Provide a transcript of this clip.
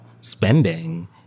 spending